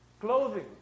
clothing